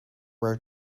were